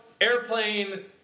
airplane